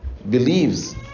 believes